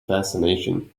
fascination